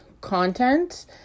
content